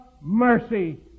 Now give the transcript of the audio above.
mercy